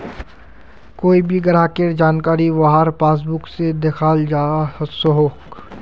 कोए भी ग्राहकेर जानकारी वहार पासबुक से दखाल जवा सकोह